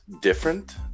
different